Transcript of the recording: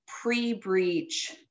pre-breach